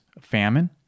famine